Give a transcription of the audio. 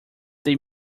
they